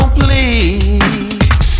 please